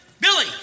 Billy